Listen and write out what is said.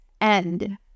end